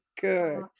Good